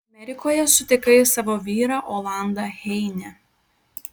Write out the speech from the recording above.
amerikoje sutikai savo vyrą olandą heine